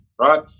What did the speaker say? right